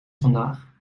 vandaag